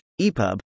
EPUB